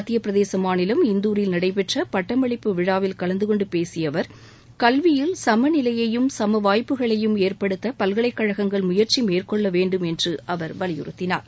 மத்திய பிரதேச மாநிலம் இந்தாரில் நடைபெற்ற பட்டமளிப்பு விழாவில் கலந்து கொண்டு பேசிய அவர் கல்வியில் சமநிலையையும் சமவாய்ப்புகளையும் ஏற்படுத்த பல்கலைக்கழகங்கள் முயற்சி மேற்கொள்ள வேண்டும் என்று அவர் வலியுறுத்தினார்